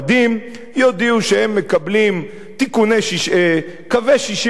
יודיעו שהם מקבלים את קווי 67' נכון,